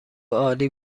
عالی